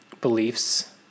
beliefs